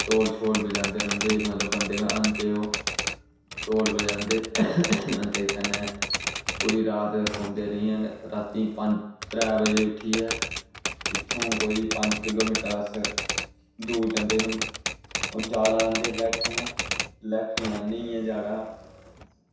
ढोल बजांदे रौहंदे मतलब बंदे आंदे दे होंदे ओह् ढोल बजांदे ते कन्नै पूरी रात सौंदे निं हैन त्रै बजे उट्ठियै इत्थुआं कोई पंज किलोमीटर दूर जंदे न होर जाड़ै दा आह्नदे लकड़ियां लकड़ियां आह्नियै जाड़ा